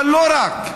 אבל לא רק.